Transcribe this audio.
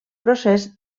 procés